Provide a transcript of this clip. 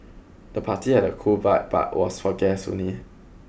the party had a cool vibe but was for guests only